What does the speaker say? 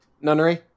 Nunnery